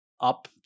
up